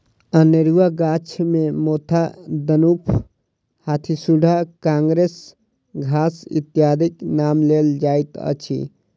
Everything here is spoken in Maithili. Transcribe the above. अनेरूआ गाछ मे मोथा, दनुफ, हाथीसुढ़ा, काँग्रेस घास इत्यादिक नाम लेल जाइत अछि